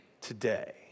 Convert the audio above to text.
today